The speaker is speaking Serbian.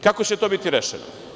Kako će to biti rešeno?